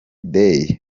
day